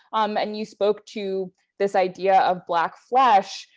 um and you spoke to this idea of black flesh,